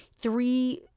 three